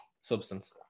substance